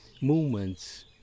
movements